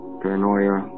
paranoia